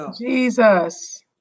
Jesus